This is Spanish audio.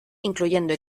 incluyendo